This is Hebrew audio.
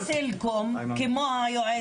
זה נושא שלא טופל שנים רבות, לא הוקצו